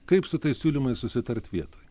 kaip su tais siūlymais susitart vietoj